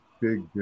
big